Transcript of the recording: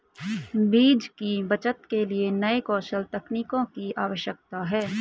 बीज की बचत के लिए नए कौशल तकनीकों की आवश्यकता है